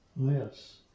yes